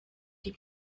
die